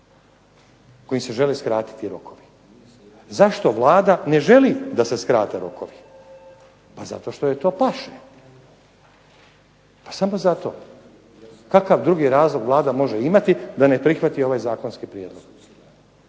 kojim se žele skratiti rokovi? Zašto Vlada ne želi da se skrate rokovi? Pa zato što joj to paše, samo zato. Kakav drugi razlog Vlada može imati da ne prihvati ovaj zakonski prijedlog.